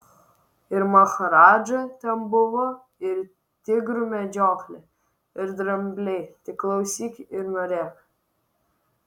ir maharadža ten buvo ir tigrų medžioklė ir drambliai tik klausyk ir norėk